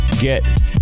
get